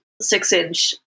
six-inch